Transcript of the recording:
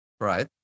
right